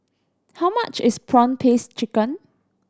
how much is prawn paste chicken